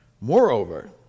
Moreover